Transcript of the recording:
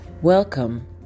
Welcome